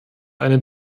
eine